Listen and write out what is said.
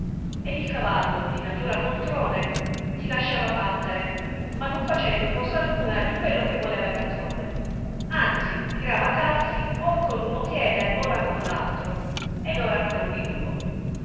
ed il cavallo di natura poltrone si lasciava battere non facendo cosa alcuna di quello che voleva il patrone anzi tirava calzi or con uno piede ora con l altro ed ora con ambiduo